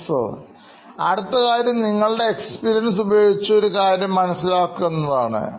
Professor ആദ്യത്തെ കാര്യം നിങ്ങളുടെ എക്സ്പീരിയൻസ്ച് ഉപയോഗിച്ച് ഒരു കാര്യം മനസ്സിലാക്കുക എന്നതാണ്